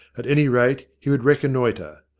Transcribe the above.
at any rate he would reconnoitre.